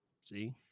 see